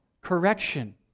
correction